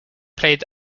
played